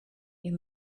you